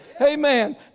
Amen